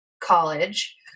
college